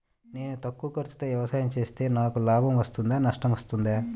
నేను తక్కువ ఖర్చుతో వ్యవసాయం చేస్తే నాకు లాభం వస్తుందా నష్టం వస్తుందా?